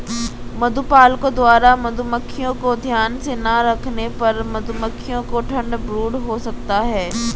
मधुपालकों द्वारा मधुमक्खियों को ध्यान से ना रखने पर मधुमक्खियों को ठंड ब्रूड हो सकता है